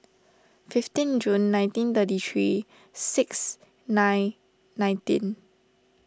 fifteen June nineteen thirty three six nine nineteen